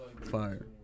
fire